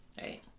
Right